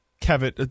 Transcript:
Kevin